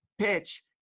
PITCH